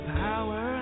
power